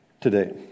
today